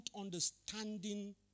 understanding